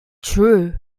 true